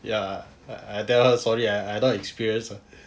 ya I tell her sorry I not experienced